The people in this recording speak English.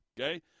Okay